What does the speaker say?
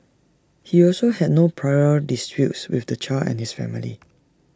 he also had no prior disputes with the child and his family